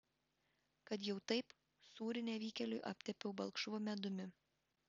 kad jau taip sūrį nevykėliui aptepiau balkšvu medumi